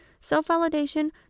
self-validation